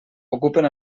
ocupen